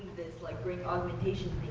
like brain augmentation